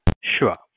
Sure